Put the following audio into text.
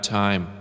time